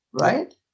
right